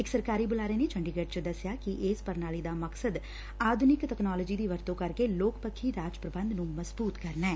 ਇਕ ਸਰਕਾਰੀ ਬੁਲਾਰੇ ਨੇ ਚੰਡੀਗੜ੍ਹ ਚ ਦਸਿਆ ਕਿ ਇਸ ਪ੍ਰਣਾਲੀ ਦਾ ਮਕਸਦ ਆਧੁਨਿਕ ਤਕਨਾਲੋਜੀ ਦੀ ਵਰਤੋਂ ਕਰਕੇ ਲੋਕ ਪੱਖੀ ਰਾਜ ਪ੍ਰਬੰਧ ਨੂੰ ਮਜ਼ਬੁਤ ਕਰਨਾ ਐ